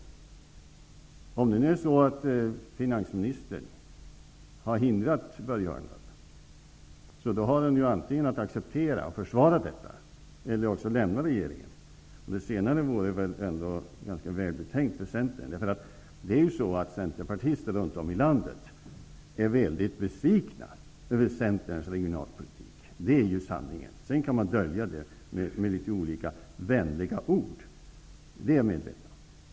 Om finansministern har hindrat Börje Hörnlund, får han antingen acceptera detta och försvara det eller lämna regeringen. Det senare vore väl ändå ganska välbetänkt för Centern. Centerpartister runt om i landet är mycket besvikna över Centerns regionalpolitik. Det är sanningen. Sedan kan man dölja det med litet olika vänliga ord. Det är jag medveten om.